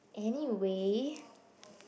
anyway